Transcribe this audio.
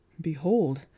Behold